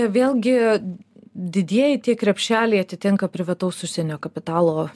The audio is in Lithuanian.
vėlgi didieji tie krepšeliai atitinka privataus užsienio kapitalo